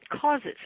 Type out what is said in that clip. causes